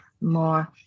more